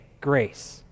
grace